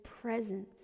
presence